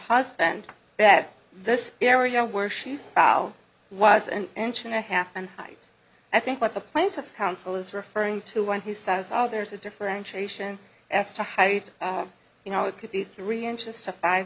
husband that this area where she was an inch and a half and right i think what the plaintiff counsel is referring to when he says how there's a differentiation as to how you you know it could be three inches to five